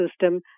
system